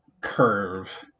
curve